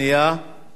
נא להצביע.